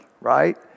right